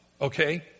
okay